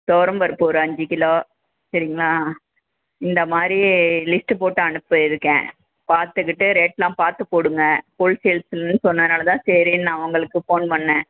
துவரம் பருப்பு ஒரு அஞ்சு கிலோ சரிங்களா இந்த மாதிரி லிஸ்ட்டு போட்டு அனுப்பி இருக்கேன் பார்த்துக்கிட்டு ரேட்டெலாம் பார்த்து போடுங்க ஹோல் சேல்ஸுன்னு சொன்னனால் தான் சரின்னு நான் உங்களுக்கு போன் பண்ணிணேன்